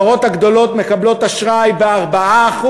החברות הגדולות מקבלות אשראי ב-4%,